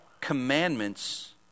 commandments